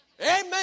Amen